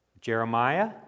jeremiah